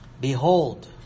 behold